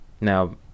Now